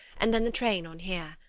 and then the train on here.